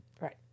Right